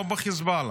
לא בחיזבאללה,